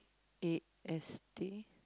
A_S_T